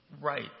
right